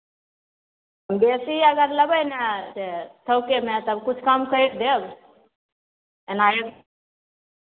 बेसी अगर लेबै ने तऽ थोकेमे तब किछु कम करि देब एनाए